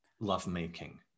lovemaking